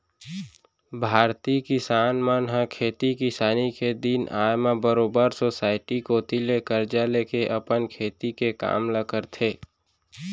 भारतीय किसान मन ह खेती किसानी के दिन आय म बरोबर सोसाइटी कोती ले करजा लेके अपन खेती के काम ल करथे